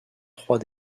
trois